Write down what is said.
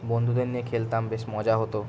বন্ধুদের নিয়ে খেলতাম বেশ মজা হতো